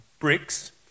bricks